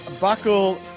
Buckle